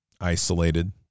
isolated